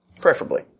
Preferably